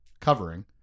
covering